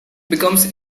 becomes